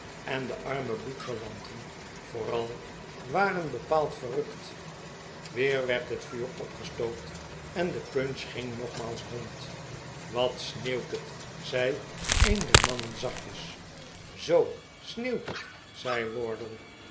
en de arme bloedverwanteh vooral waren bepaald verrukt weer werd het vuur opgestookt en de punch ging nogmaals rond wat sneeuwt het zei een der mannen zachtjes zoo sneeuwt het zei